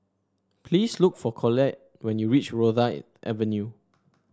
please look for Collette when you reach Rosyth Avenue